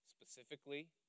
specifically